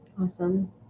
Awesome